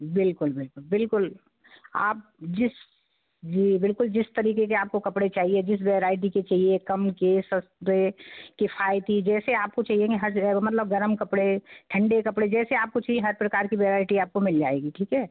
बिल्कुल बिल्कुल बिल्कुल आप जिस जी बिल्कुल जिस तरीक़े के आपको कपड़े चाहिए जिस वेराइटी के चाहिए कम के सस्ते किफ़ायती जैसे आपको चाहिएंगे हर जगह के मतलब गर्म कपड़े ठंडे कपड़े जैसे आपको चाहिए हर प्रकार की वेराइटी आपको मिल जाएगी ठीक है